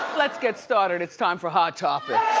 let's get started, it's time for hot topics.